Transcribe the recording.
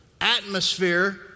Atmosphere